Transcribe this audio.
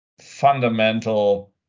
fundamental